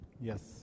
Yes